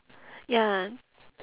ya